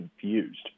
confused